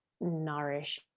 nourish